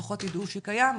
לפחות יידעו שקיים,